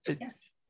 Yes